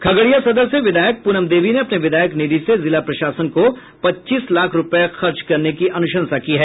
खगड़िया सदर से विधायक प्रनम देवी ने अपने विधायक निधि से जिला प्रशासन से पच्चीस लाख रूपये खर्च करने की अनुशंसा की है